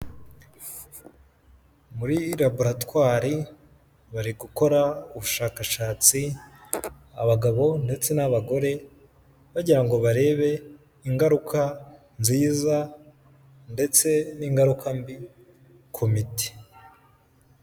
Muri laboratwari bari gukora ubushakashatsi, abagabo ndetse n'abagore bagira ngo barebe ingaruka nziza ndetse n'ingaruka mbi ku miti.